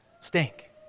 stink